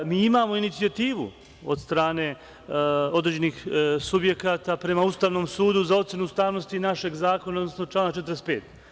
Mi imamo inicijativu od strane određenih subjekata prema Ustavnom sudu za ocenu ustavnosti našega zakona, odnosno člana 45.